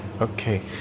Okay